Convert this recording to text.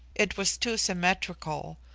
it was too symmetrical,